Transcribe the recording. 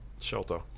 shelter